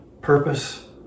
purpose